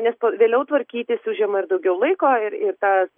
nes p vėliau tvarkytis užima ir daugiau laiko ir ir tas